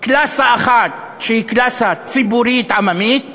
קלאסה אחת שהיא קלאסה ציבורית עממית,